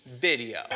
video